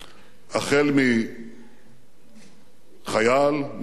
החל בחייל, מפקד,